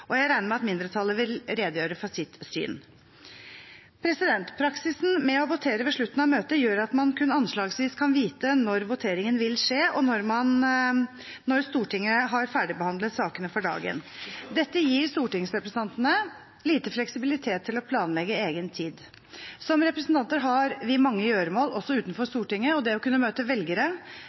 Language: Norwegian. og jeg regner med at mindretallet vil redegjøre for sitt syn. Praksisen med å votere ved slutten av møtet gjør at man kun anslagsvis kan vite når voteringen vil skje, og når Stortinget har ferdigbehandlet sakene for dagen. Dette gir stortingsrepresentantene lite fleksibilitet til å planlegge egen tid. Som representanter har vi mange gjøremål også utenfor Stortinget, og det å kunne møte velgere,